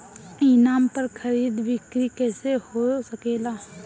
ई नाम पर खरीद बिक्री कैसे हो सकेला?